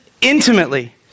Intimately